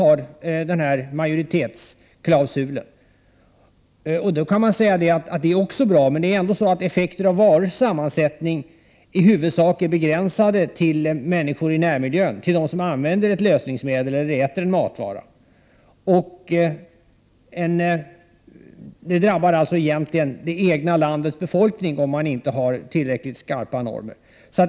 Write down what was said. Att så är fallet är visserligen i och för sig bra, men effekter av varors sammansättning är ju i huvudsak begränsade till människor i närmiljön, till just dem som använder ett lösningsmedel eller äter en viss matvara. Om man inte har tillräckligt skarpa normer, är det alltså huvudsakligen det egna landets befolkning som drabbas.